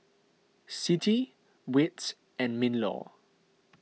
Citi Wits and MinLaw